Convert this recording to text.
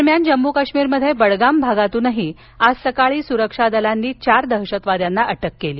दरम्यान जम्मू काश्मीरमध्ये बडगाम भागातूनही आज सकाळी सुरक्षा दलांनी चार दहशतवाद्यांना अटक केली